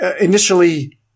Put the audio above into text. initially